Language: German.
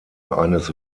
eines